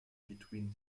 between